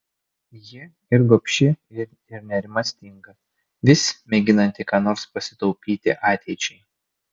ji ir gobši ir nerimastinga vis mėginanti ką nors pasitaupyti ateičiai